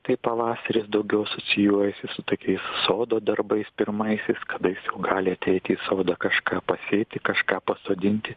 tai pavasaris daugiau asocijuojasi su tokiais sodo darbais pirmaisiais kada jis jau gali ateiti į sodą kažką pasėti kažką pasodinti